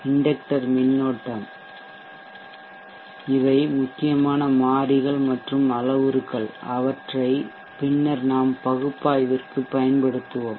inductor மின்னோட்டம் இவை முக்கியமான மாறிகள் மற்றும் அளவுருக்கள் அவற்றை பின்னர் நாம் பகுப்பாய்விற்குப் பயன்படுத்துவோம்